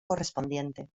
correspondiente